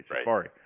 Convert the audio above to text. safari